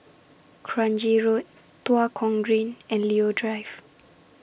Kranji Road Tua Kong Green and Leo Drive